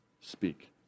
speak